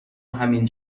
همین